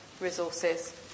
resources